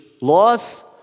laws